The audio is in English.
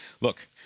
look